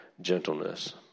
gentleness